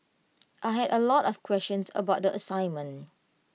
I had A lot of questions about the assignment